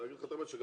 להגיד לך את האמת,